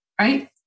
right